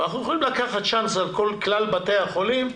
אבל אנחנו יכולים לקחת צ'אנס על כלל בתי החולים,